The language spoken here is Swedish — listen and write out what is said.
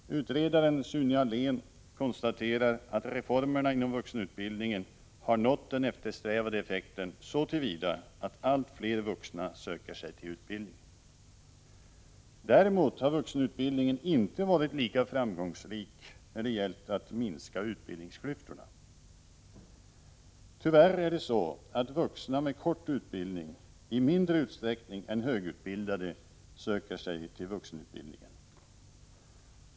Utredaren Sune Ahlén konstaterar att reformerna inom vuxenutbildningen har nått den eftersträvade effekten så till vida att allt fler söker sig till utbildningen. Däremot har vuxenutbildningen inte varit lika framgångsrik när det gällt att minska utbildningsklyftorna. Tyvärr är det så att vuxna med kort utbildning i mindre utsträckning än högutbildade söker sig till vuxenutbildningen.